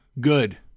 Good